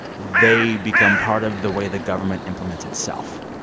they become part of the way the government implements itself,